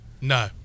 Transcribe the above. no